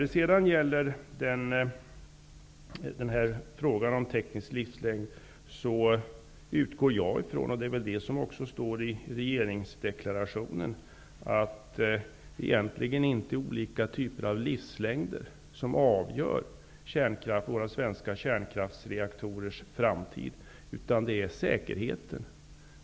Beträffande den tekniska livslängden utgår jag ifrån -- vilket också står i regeringsdeklarationen -- att det egentligen inte är olika typer av livslängder som avgör de svenska kärnkraftreaktorernas framtid, utan det är säkerheten.